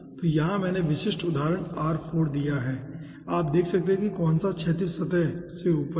तो यहाँ मैंने विशिष्ट उदाहरण r4 दिया है आप देख सकते हैं कि कौन सा क्षैतिज सतह से ऊपर है